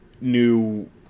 new